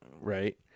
right